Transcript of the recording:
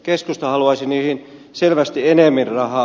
keskusta haluaisi niihin selvästi enemmän rahaa